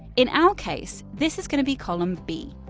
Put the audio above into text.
in our case, this is gonna be column b.